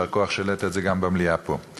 יישר כוח שהעלית את זה גם במליאה פה.